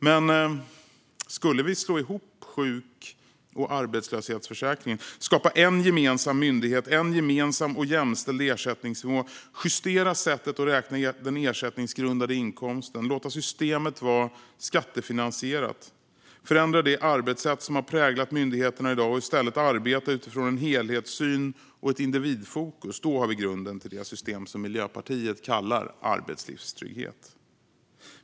Men om vi skulle slå ihop sjuk och arbetslöshetsförsäkringen, skapa en gemensam myndighet, införa en gemensam och jämställd ersättningsnivå, justera sättet att räkna den ersättningsgrundande inkomsten, låta systemet vara skattefinansierat, förändra det arbetssätt som har präglat myndigheterna i dag och i stället arbeta utifrån en helhetssyn och ett individfokus, då har vi grunden till det system som Miljöpartiet kallar arbetslivstrygghet.